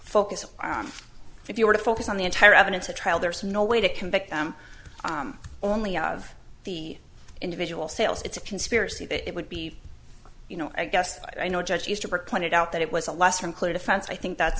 focus on if you were to focus on the entire evidence at trial there's no way to convict them only of the individual sales it's a conspiracy that it would be you know i guess i know judge easterbrook pointed out that it was a lesser included offense i think that's